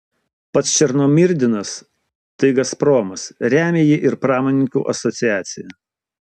pats černomyrdinas tai gazpromas remia jį ir pramonininkų asociacija